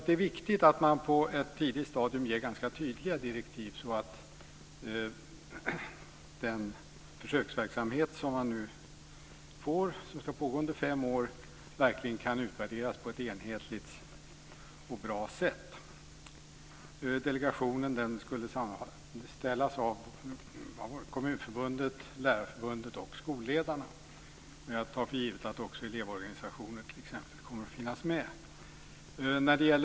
Det är viktigt att man på ett tidigt stadium ger ganska tydliga direktiv så att den försöksverksamhet som vi nu får och som ska pågå under fem år verkligen kan utvärderas på ett enhetligt och bra sätt. Delegationen skulle sammanställas av Kommunförbundet, Lärarförbundet och skolledarna. Men jag tar för givet att t.ex. elevorganisationer också kommer att finnas med.